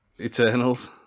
Eternals